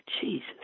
Jesus